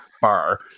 bar